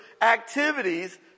activities